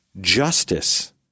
Justice